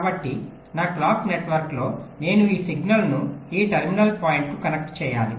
కాబట్టి నా క్లాక్ నెట్వర్క్లో నేను ఈ సిగ్నల్ను ఈ టెర్మినల్ పాయింట్లకు కనెక్ట్ చేయాలి